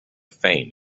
fame